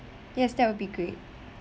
yes that would be great